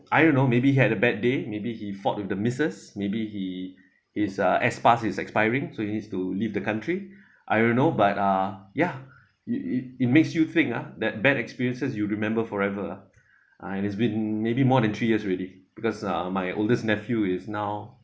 I don't know maybe he had a bad day maybe he fought with the missus maybe he is uh his s pass is expiring so he needs to leave the country I don't know but uh yeah it it it makes you think ah that bad experiences you'll remember forever ah uh and it's been maybe more than three years already because uh my oldest nephew is now